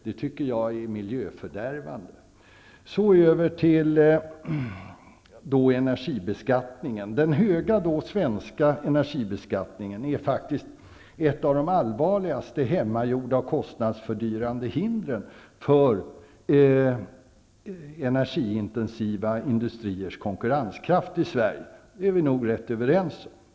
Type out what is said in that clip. Det tycker jag är miljöfördärvande. Den höga svenska energibeskattningen är ett av de allvarligaste hemmagjorda, kostnadsfördyrande hindren för energiintensiva industriers konkurrenskraft i Sverige. Det är vi nog rätt överens om.